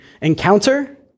encounter